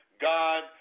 God